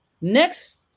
next